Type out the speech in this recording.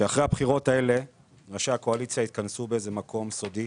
שאחרי הבחירות האלה ראשי הקואליציה התכנסו באיזה מקום סודי